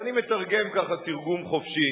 אני מתרגם ככה תרגום חופשי.